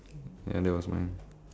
ya that was mine